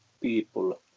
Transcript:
people